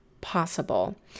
possible